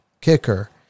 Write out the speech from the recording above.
kicker